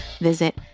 Visit